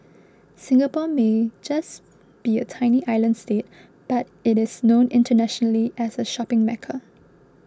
Singapore may just be a tiny island state but it is known internationally as a shopping Mecca